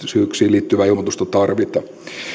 liittyvää ilmoitusta tarvita